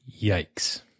yikes